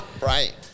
Right